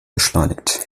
beschleunigt